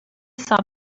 solve